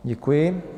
Děkuji.